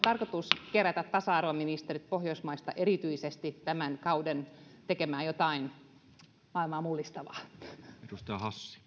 tarkoitus kerätä tasa arvoministerit pohjoismaista erityisesti tänä kautena tekemään jotain maailmaa mullistavaa arvoisa